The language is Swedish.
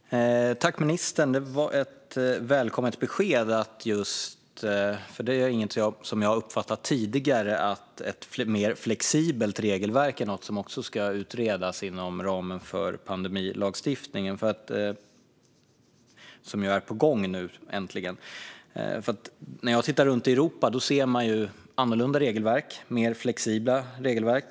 Fru talman! Tack, ministern - det var ett välkommet besked. Jag har inte tidigare uppfattat att ett mer flexibelt regelverk också ska utredas inom ramen för pandemilagstiftningen, som nu äntligen är på gång. När jag tittar runt i Europa ser jag annorlunda, mer flexibla regelverk.